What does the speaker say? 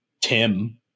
Tim